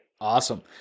Awesome